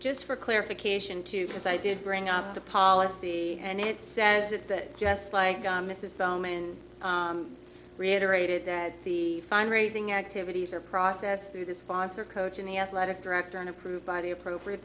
just for clarification too because i did bring up the policy and it says that just like mrs bowman reiterated that the fine raising activities are process through the sponsor coaching the athletic director and approved by the appropriate